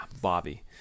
Bobby